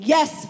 Yes